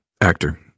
actor